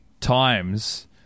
times